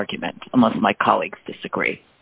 the argument among my colleagues disagree